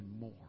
more